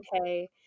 okay